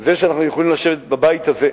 זה שאנחנו יכולים לשבת בבית הזה,